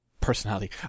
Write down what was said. personality